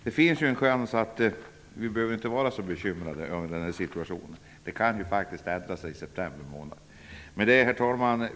Det finns en chans att vi inte behöver vara så bekymrade över denna motsägelse. Läget kan faktiskt ändra sig i september månad. Herr talman!